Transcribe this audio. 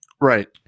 Right